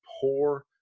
poor